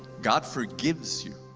god forgives you.